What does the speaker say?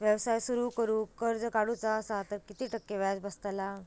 व्यवसाय सुरु करूक कर्ज काढूचा असा तर किती टक्के व्याज बसतला?